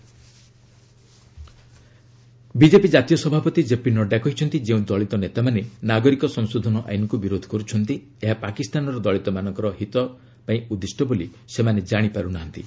CAA Nadda rally BJP ଜାତୀୟ ସଭାପତି KP Nadda କହିଛନ୍ତି ଯେଉଁ ଦଳୀତ ନେତାମାନେ ନାଗରିକ ସଂଶୋଧନ ଆଇନ୍କୁ ବିରୋଧ କରୁଛନ୍ତି ଏହା ପାକିସ୍ତାନର ଦଳୀତମାନଙ୍କର ହିତ ପାଇଁ ଉଦ୍ଦିଷ୍ଟ ବୋଲି ସେମାନେ ଜାଶିପାରୁ ନାହାନ୍ତି